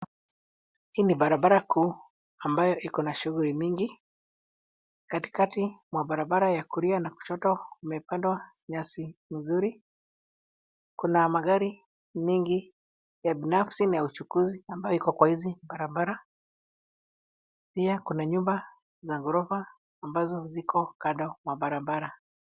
Hii ni barabara kuu ambayo iko na shughuli mingi. Katikati mwa barabara ya kulia na kushoto kumepandwa nyasi mzuri. Kuna magari mengi ya binafsi na ya uchukuzi ambayo iko kwa hizi barabara. Pia kuna nyumba za ghorofa ambazo ziko kando mwa barabara.